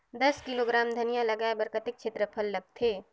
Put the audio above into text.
दस किलोग्राम धनिया लगाय बर कतेक क्षेत्रफल लगथे?